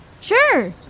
Sure